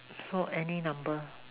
so any number